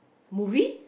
movie